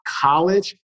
College